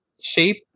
shape